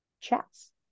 chats